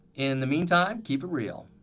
in the meantime, keep it real.